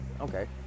okay